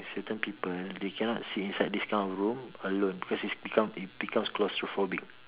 certain people they cannot sit inside this kind of room alone because it's become it becomes claustrophobic